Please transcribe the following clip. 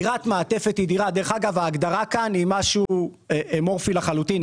ההגדרה של דירת מעטפת היא אמורפית לחלוטין.